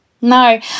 No